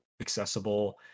accessible